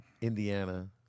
Indiana